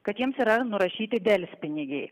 kad jiems yra nurašyti delspinigiai